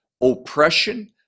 oppression